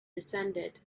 descended